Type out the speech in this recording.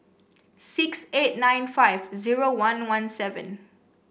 six eight nine five zero one one seven